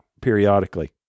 periodically